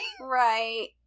Right